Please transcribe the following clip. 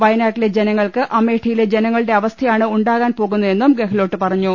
വയനാട്ടിലെ ജനങ്ങൾക്ക് അമേഠിയിലെ ജനങ്ങളുടെ അവസ്ഥ യാണ് ഉണ്ടാകാൻ പോകുന്നതെന്നും ഗെഹ്ലോട്ട് പറഞ്ഞു